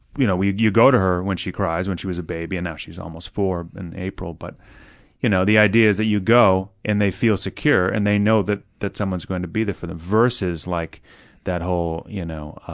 you know you you go to her when she cries, when she was a baby, and now she's almost four in april, but you know the idea is that you go and they feel secure and they know that that someone's going to be there for them. versus like that whole you know ah